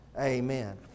Amen